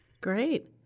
Great